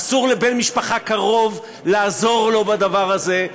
אסור לבן משפחה קרוב לעזור לו בדבר הזה.